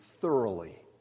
thoroughly